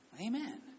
Amen